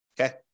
Okay